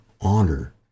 honor